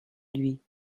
lui